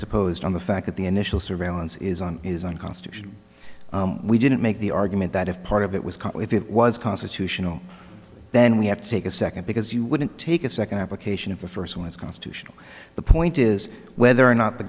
presupposed on the fact that the initial surveillance is on is unconstitutional we didn't make the argument that if part of it was cut if it was constitutional then we have to take a second because you wouldn't take a second application of the first one is constitutional the point is whether or not the